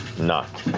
nott.